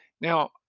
now